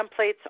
templates